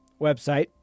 website